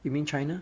you mean china